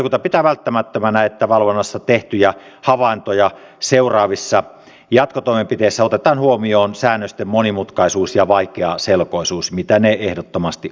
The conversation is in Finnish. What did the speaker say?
valiokunta pitää välttämättömänä että valvonnassa tehtyjä havaintoja seuraavissa jatkotoimenpiteissä otetaan huomioon säännösten monimutkaisuus ja vaikeaselkoisuus sellaisia ne ehdottomasti ovat